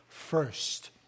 first